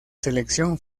selección